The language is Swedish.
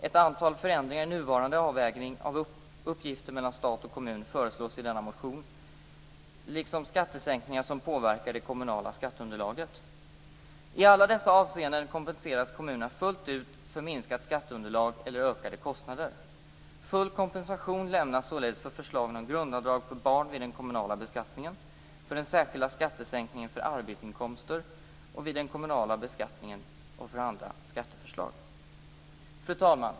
Ett antal förändringar i nuvarande avvägning av uppgifter mellan stat och kommun föreslås i denna motion liksom skattesänkningar som påverkar det kommunala skatteunderlaget. I alla dessa avseenden kompenseras kommunerna fullt ut för minskat skatteunderlag eller ökade kostnader. Full kompensation lämnas således för förslagen om grundavdrag för barn vid den kommunala beskattningen, för den särskilda skattesänkningen för arbetsinkomster vid den kommunala beskattningen och för andra skatteförslag. Fru talman!